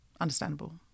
understandable